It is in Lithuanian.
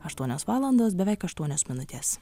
aštuonios valandos beveik aštuonios minutės